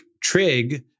trig